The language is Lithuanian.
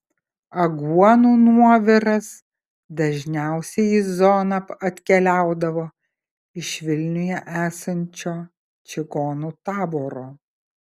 aguonų nuoviras dažniausiai į zoną atkeliaudavo iš vilniuje esančio čigonų taboro